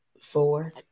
four